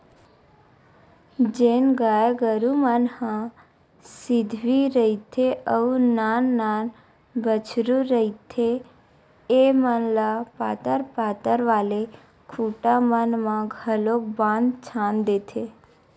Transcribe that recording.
जेन गाय गरु मन ह सिधवी रहिथे अउ नान नान बछरु रहिथे ऐमन ल पातर पातर वाले खूटा मन म घलोक बांध छांद देथे